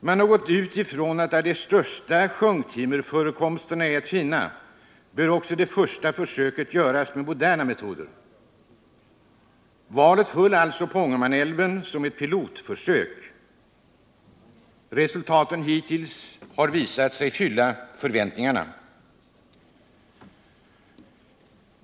Man har gått ut ifrån att där de största sjunktimmerförekomsterna är att finna bör det första försöket göras med moderna metoder. Valet föll alltså på Ångermanälven som ett pilotförsök. Resultaten hittills har visat sig uppfylla förväntningarna.